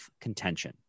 contention